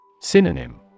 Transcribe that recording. Synonym